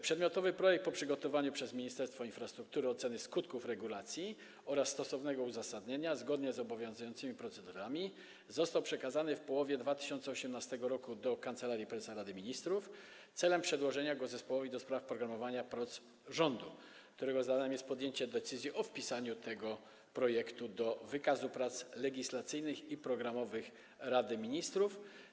Przedmiotowy projekt po przygotowaniu przez Ministerstwo Infrastruktury oceny skutków regulacji oraz stosownego uzasadnienia, zgodnie z obowiązującymi procedurami został przekazany w połowie 2018 r. do Kancelarii Prezesa Rady Ministrów celem przedłożenia go Zespołowi do spraw programowania prac rządu, którego zadaniem jest podjęcie decyzji o wpisaniu tego projektu do wykazu prac legislacyjnych i programowych Rady Ministrów.